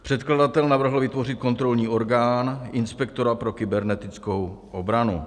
Předkladatel navrhl vytvořit kontrolní orgán inspektora pro kybernetickou obranu.